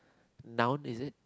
noun is it